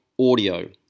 audio